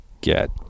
get